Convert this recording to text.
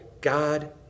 God